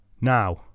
Now